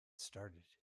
started